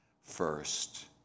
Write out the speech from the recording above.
first